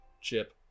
Chip